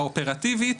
האופרטיבית,